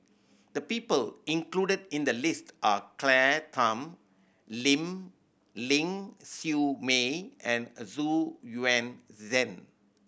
the people included in the list are Claire Tham Ling Ling Siew May and Xu Yuan Zhen